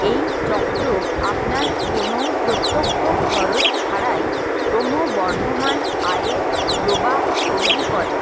এই চক্র আপনার কোনও প্রত্যক্ষ খরচ ছাড়াই ক্রমবর্ধমান আয়ের প্রবাহ তৈরি করে